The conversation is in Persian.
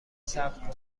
صبر